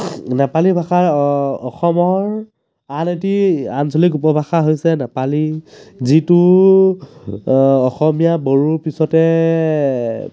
নেপালী ভাষা অসমৰ আন এটি আঞ্চলিক উপভাষা হৈছে নেপালী যিটো অসমীয়া বড়োৰ পিছতে